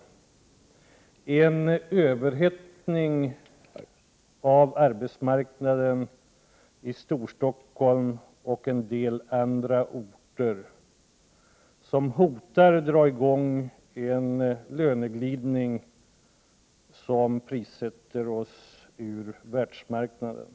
Det förekommer en överhettning på arbetsmarknaden i Storstockholm och på en del andra orter, som hotar dra i gång en löneglidning som prissätter oss ut ur världsmarknaden.